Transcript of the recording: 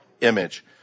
image